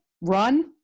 run